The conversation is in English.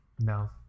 No